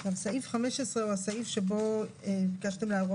סעיף 11, שאמרנו שצריך להשאיר